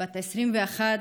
בת 21,